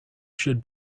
should